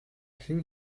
хэн